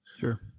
Sure